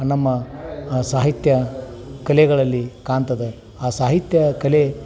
ನಮ್ಮ ಸಾಹಿತ್ಯ ಕಲೆಗಳಲ್ಲಿ ಕಾಣ್ತದೆ ಆ ಸಾಹಿತ್ಯ ಕಲೆ